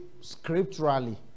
scripturally